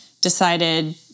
decided